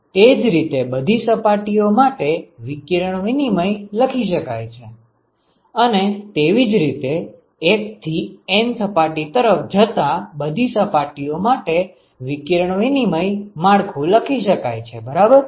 તેજ રીતે બધી સપાટીઓ માટે વિકિરણ વિનિમય લખી શકાય છે અને તેવી જ રીતે 1 થી N સપાટી તરફ જતા બધી સપાટીઓ માટે વિકિરણ વિનિમય માળખું લખી શકાય છે બરાબર